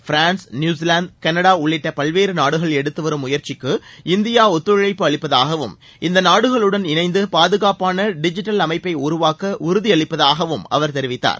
France New Zealand Canada உள்ளிட்ட பல்வேறு நாடுகள் எடுத்துவரும் முயற்சிக்கு இந்தியா ஒத்துழைப்பு அளிப்பதாகவும் இந்த நாடுகளுடன் இணைந்து பாதுகாப்பான டிஜிட்டல் அமைப்பை உருவாக்க உறுதி அளிப்பதாகவும் அவர் தெரிவித்தார்